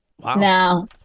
Wow